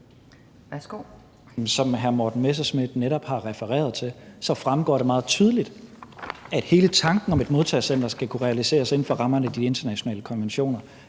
Som hr. Morten Messerschmidt netop har refereret til, fremgår det meget tydeligt, at hele tanken om et modtagecenter skal kunne realiseres inden for rammerne af de internationale konventioner.